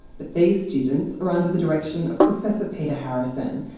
but these students are under the direction of professor peter harrison,